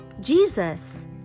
Jesus